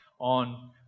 on